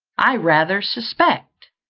i rather suspect,